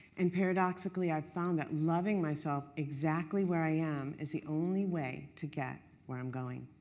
and paradoxically, i found that loving myself exactly where i am is the only way to get where i am going.